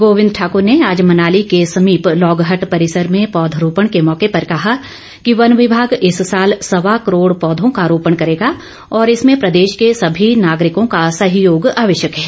गोबिंद ठाकुर ने आज मनाली के समीप लौगहट परिसर में पौधरोपण के मौके पर कहा कि वन विमाग इस साल सवा करोड़ पौधों का रोपण करेगा और इसमें प्रदेश के सभी नागरिकों का सहयोग आवश्यक है